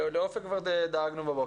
ל"אופק" דאגנו כבר בבוקר.